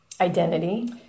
Identity